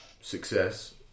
success